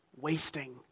wasting